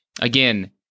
Again